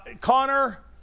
Connor